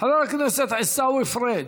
חבר הכנסת עיסאווי פריג',